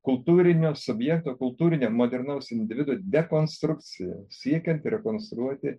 kultūrinio subjekto kultūrinio modernaus individo dekonstrukcija siekiant rekonstruoti